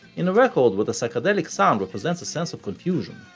in a record where the psychedelic sound represents a sense of confusion,